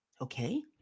Okay